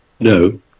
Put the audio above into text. No